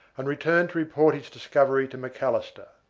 and returned to report his discovery to macalister.